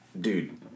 Dude